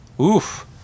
Oof